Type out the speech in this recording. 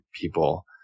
people